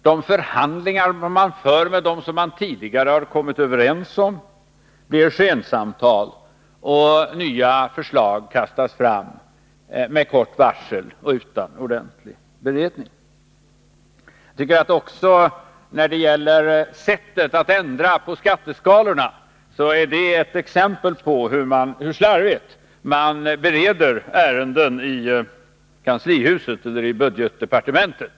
De förhandlingar man för med dem som man tidigare har kommit överens med blir skensamtal, och nya förslag kastas fram med kort varsel och utan ordentlig beredning. Även sättet att ändra skatteskalorna är ett exempel på hur slarvigt man bereder ärenden i budgetdepartementet.